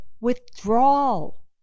withdrawal